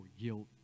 guilt